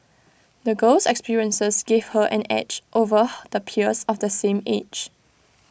the girl's experiences gave her an edge over her the peers of the same age